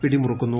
പിടിമുറുക്കുന്നു